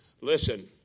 Listen